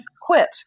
quit